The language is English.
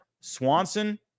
Swanson